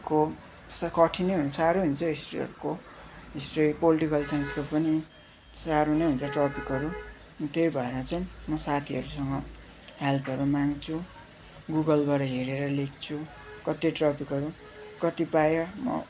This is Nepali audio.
को कठिनै हुन्छ साह्रै हुन्छ हिस्ट्रीहरूको हिस्ट्री पोल्टिकल साइन्सको पनि साह्रो नै हुन्छ टपिकहरू अनि त्यही भएर चाहिँ म साथीहरूसँग हेल्पहरू माग्छु गुगलबाट हेरेर लेख्छु कति टपिकहरू कतिपय